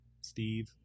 Steve